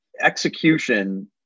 Execution